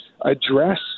address